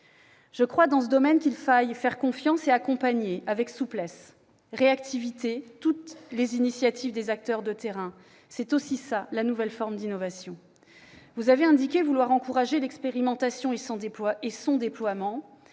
Je crois que, dans ce domaine, il faut faire confiance et accompagner avec souplesse et réactivité toutes les initiatives des acteurs de terrain. C'est aussi cela, la nouvelle forme d'innovation ! Vous avez indiqué vouloir encourager l'expérimentation et son déploiement.